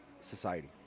society